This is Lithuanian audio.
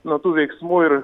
nuo tų veiksmų ir